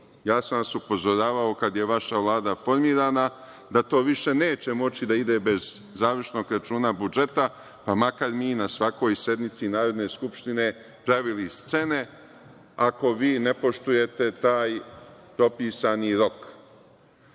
sam vas kada je vaša Vlada formirana da to više neće moći da ide bez završnog računa budžeta, pa makar mi na svakoj sednici Narodne skupštine pravili scene ako vi ne poštujete taj propisani